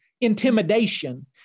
intimidation